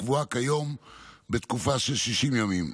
שקבועה כיום כתקופה של 60 ימים,